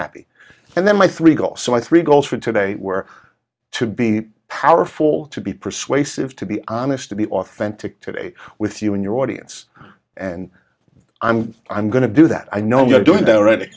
happy and then my three got so i three goes for today where to be powerful to be persuasive to be honest to be authentic today with you and your audience and i'm i'm going to do that i know you're doing the read